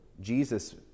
Jesus